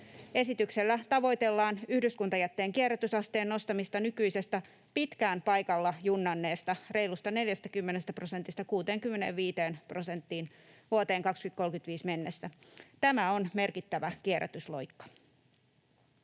Esityksellä tavoitellaan yhdyskuntajätteen kierrätysasteen nostamista nykyisestä pitkään paikalla junnanneesta reilusta 40 prosentista 65 prosenttiin vuoteen 2035 mennessä. Tämä on merkittävä kierrätysloikka.